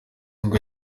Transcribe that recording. ingwe